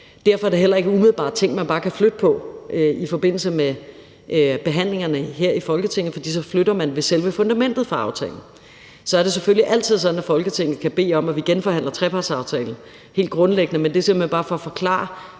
Derfor er det heller ikke umiddelbart nogle ting, man bare kan flytte på i forbindelse med behandlingerne her i Folketinget, for så flytter man ved selve fundamentet for aftalen. Så er det selvfølgelig altid sådan, at Folketinget kan bede om, at vi genforhandler trepartsaftalen – det er helt grundlæggende – men det er simpelt hen bare for at forklare,